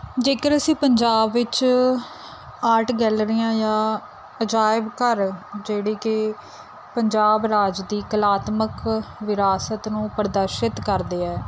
ਜੇਕਰ ਅਸੀਂ ਪੰਜਾਬ ਵਿੱਚ ਆਰਟ ਗੈਲਰੀਆਂ ਜਾਂ ਅਜਾਇਬ ਘਰ ਜਿਹੜੇ ਕਿ ਪੰਜਾਬ ਰਾਜ ਦੀ ਕਲਾਤਮਕ ਵਿਰਾਸਤ ਨੂੰ ਪ੍ਰਦਰਸ਼ਿਤ ਕਰਦੇ ਹੈ